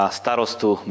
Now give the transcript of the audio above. starostu